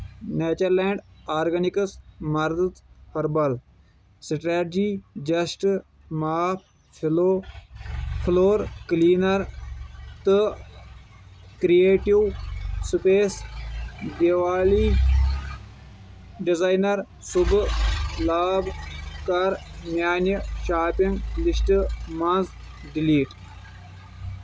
nature land organics مرٕژ herbal strategy just mop فلو floor cleaner تہٕ creative space Diwali designer Shubh Labh کَر میانہِ شاپنگ لسٹ منٛز ڈیلیٖٹ